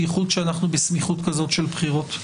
במיוחד כשאנחנו בסמיכות כזאת של בחירות.